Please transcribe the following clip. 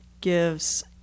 gives